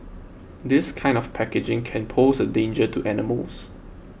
this kind of packaging can pose a danger to animals